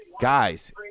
Guys